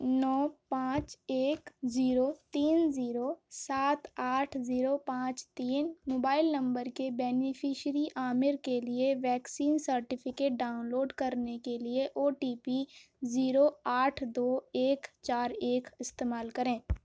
نو پانچ ایک زیرو تین زیرو سات آٹھ زیرو پانچ تین موبائل نمبر کے بینیفشیری عامر کے لیے ویکسین سرٹیفکیٹ ڈاؤن لوڈ کرنے کے لیے او ٹی پی زیرو آٹھ دو ایک چار ایک استعمال کریں